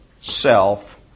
self